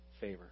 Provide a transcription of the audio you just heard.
favor